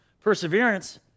perseverance